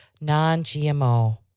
non-GMO